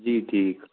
जी ठीकु